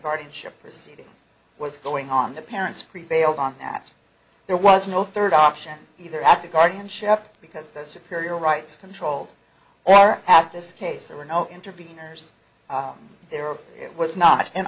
guardianship proceeding was going on the parents prevailed on that there was no third option either after guardianship because the superior rights control or act this case there were no intervenors there was not and